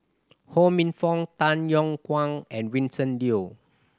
Ho Minfong Tan Yong Kwang and Vincent Leow